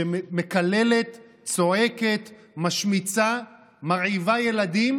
שמקללת, צועקת, משמיצה, מרעיבה ילדים,